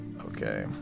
Okay